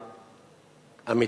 לדמוקרטיה אמיתית.